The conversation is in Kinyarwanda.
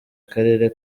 akarere